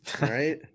right